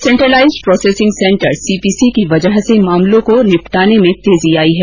centralised processing centre CPC की वजह से मामलों को निपटाने में तेजी आई है